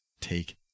take